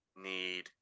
need